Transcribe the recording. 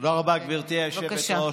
תודה רבה, גברתי היושבת-ראש.